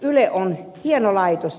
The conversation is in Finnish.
yle on hieno laitos